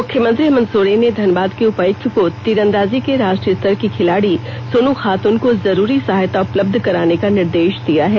मुख्यमंत्री हेमन्त सोरेन ने धनबाद के उपायुक्त को तीरंदाजी के राष्ट्रीय स्तर की खिलाड़ी सोन खातुन को जरूरी सहायता उपलब्ध कराने का निर्देश दिया है